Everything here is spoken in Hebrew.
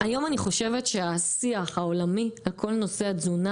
היום אני חושבת שהשיח העולמי על כל נושא התזונה